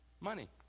Money